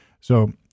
So-